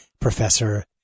Professor